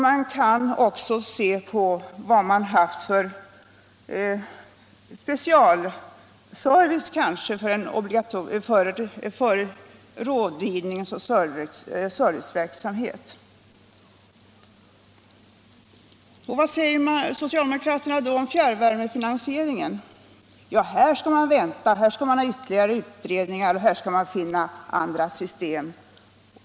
Man kan också se på Vad säger nu socialdemokraterna om fjärrvärmefinansieringen? Jo, här skall man ha ytterligare utredning och här skall man finna andra system.